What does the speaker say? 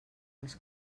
les